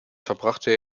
verbrachte